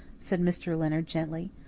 said mr. leonard gently.